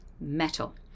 metal